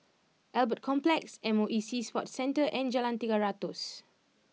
Albert Complex M O E Sea Sports Centre and Jalan Tiga Ratus